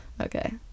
okay